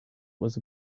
was